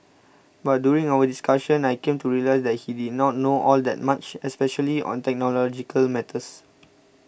but during our discussion I came to realise that he did not know all that much especially on technological matters